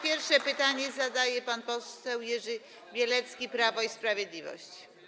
Pierwsze pytanie zadaje pan poseł Jerzy Bielecki, Prawo i Sprawiedliwość.